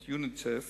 את יוניסף